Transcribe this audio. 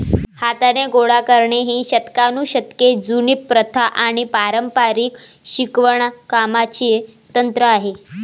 हाताने गोळा करणे ही शतकानुशतके जुनी प्रथा आणि पारंपारिक शिवणकामाचे तंत्र आहे